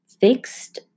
fixed